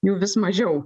jų vis mažiau